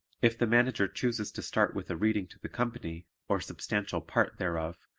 if the manager chooses to start with a reading to the company, or substantial part thereof,